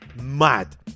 mad